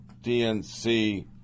DNC